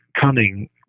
cunning